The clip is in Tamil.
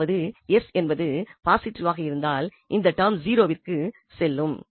அதாவது s என்பது பாசிட்டிவாக இருந்தால் இந்த டெர்ம் 0 விற்கு செல்லும்